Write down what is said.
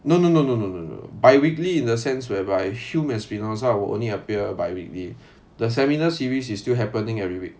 no no no no no no no bi-weekly in a sense whereby hume and spinoza will only appear by weekday the seminar series is still happening every week